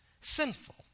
sinful